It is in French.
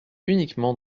uniquement